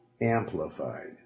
Amplified